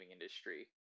industry